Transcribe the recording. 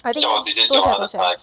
I think 不可能 sia